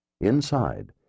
Inside